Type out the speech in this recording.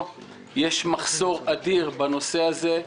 יש מחסור אדיר בנושא הזה.